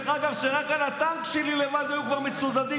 שרק על הטנק שלי לבד היו כבר מצודדים